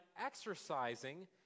exercising